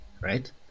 right